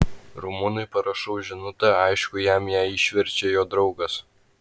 rumunui parašau žinutę aišku jam ją išverčia jo draugas